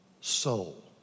soul